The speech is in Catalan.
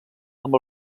amb